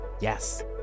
Yes